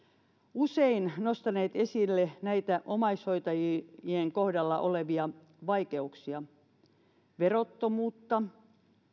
usein nostaneet esille näitä omaishoitajien kohdalla olevia vaikeuksia verottomuutta